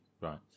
Right